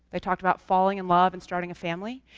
they talked about falling in love and starting a family,